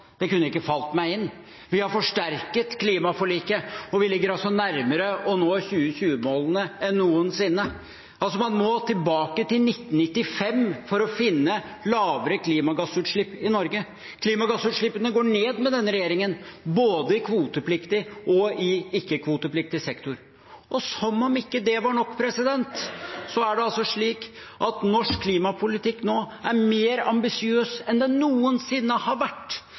Det kunne ikke falt meg inn. Vi har forsterket klimaforliket, og vi ligger nærmere å nå 2020-målene enn noensinne. Man må tilbake til 1995 for å finne lavere klimagassutslipp i Norge. Klimagassutslippene går ned med denne regjeringen, både i kvotepliktig og i ikke-kvotepliktig sektor. Som om ikke det var nok, er norsk klimapolitikk nå mer ambisiøs enn den noensinne har vært.